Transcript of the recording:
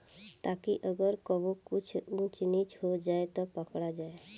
ताकि अगर कबो कुछ ऊच नीच हो जाव त पकड़ा जाए